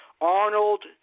Arnold